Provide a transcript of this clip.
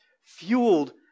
fueled